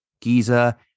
Giza